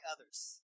others